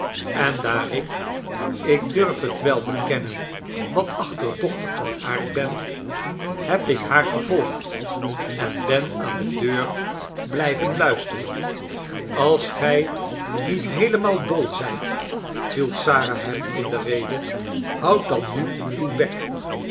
en daar ik ik durf het wel bekennen wat achterdochtig van aard ben heb ik haar gevolgd en ben aan de deur blijven luisteren als gij niet heelemaal dol zijt viel sara hem in de rede houd dan nu uw bek